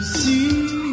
see